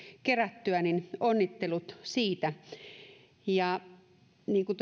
kerättyä onnittelut siitä niin kuin